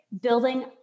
building